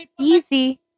easy